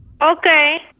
Okay